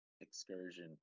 excursion